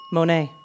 Monet